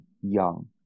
young